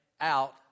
out